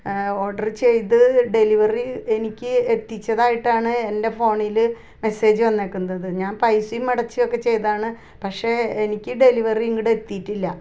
order ചെയ്ത് delivery എനിക്ക് എത്തിച്ചതായിട്ടാണ് എൻ്റെ ഫോണിൽ മെസേജ് വന്നിരിക്കുന്നത് അത് ഞാൻ പൈസയും അടച്ച് ഒക്കെ ചെയ്തതാണ് പക്ഷേ എനിക്ക് ഡെലിവറി ഇങ്ങോട്ട് എത്തിയിട്ടില്ല